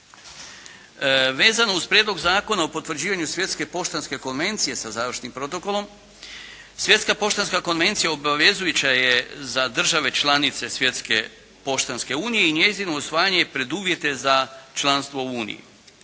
Vezano uz Prijedlog Zakona o potvrđivanju Svjetske poštanske konvencije sa završnim Protokolom, Svjetska poštanska konvencija obvezujuća je za države članice Svjetske poštanske unije i njezino usvajanje preduvjet je za članstvo u Uniji.